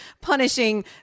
punishing